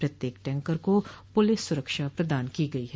प्रत्येक टैंकर को पुलिस सूरक्षा प्रदान की गई है